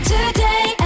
Today